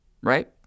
Right